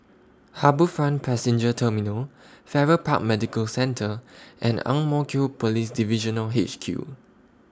HarbourFront Passenger Terminal Farrer Park Medical Centre and Ang Mo Kio Police Divisional H Q